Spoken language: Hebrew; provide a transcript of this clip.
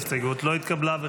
ההסתייגות לא התקבלה.